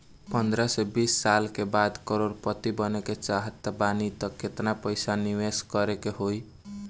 पंद्रह से बीस साल बाद करोड़ पति बने के चाहता बानी केतना पइसा निवेस करे के होई?